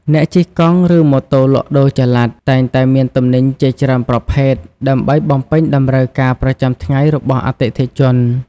អ្នកជិះកង់ ឬម៉ូតូលក់ដូរចល័ត តែងតែមានទំនិញជាច្រើនប្រភេទ ដើម្បីបំពេញតម្រូវការប្រចាំថ្ងៃរបស់អតិថិជន។